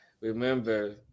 Remember